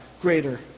greater